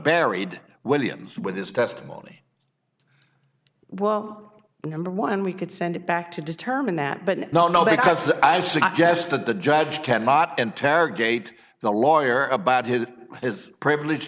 buried williams with his testimony well number one we could send it back to determine that but no no because i suggest that the judge cannot interrogate the lawyer about who is privileged